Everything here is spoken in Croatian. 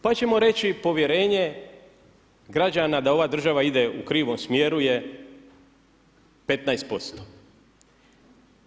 Pa ćemo reći, povjerenje građana da ova država ide u krivom smjeru je 15%